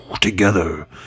Together